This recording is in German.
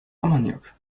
ammoniak